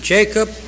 Jacob